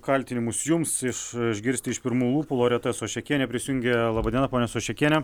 kaltinimus jums iš išgirsti iš pirmų lūpų loreta soščekienė prisijungė laba diena ponia soščekienė